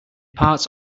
parts